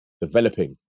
developing